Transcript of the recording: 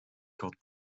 called